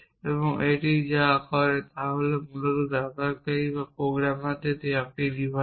এবং এটি যা করে তা হল মূলত ব্যবহারকারী বা প্রোগ্রামারকে দেওয়া একটি ডিভাইস